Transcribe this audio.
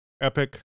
epic